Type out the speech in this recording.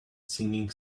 singing